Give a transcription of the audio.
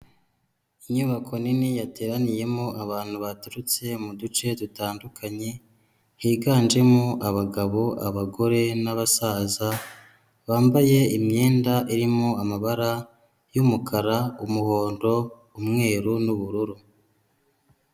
Inyubako nini yateraniyemo abantu baturutse mu duce dutandukanye higanjemo abagabo, abagore, n'abasaza bambaye imyenda irimo amabara y'umukara, umuhondo, umweru n'ubururu.